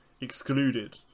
excluded